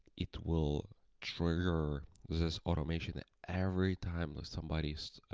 it will trigger this automation every time that somebody's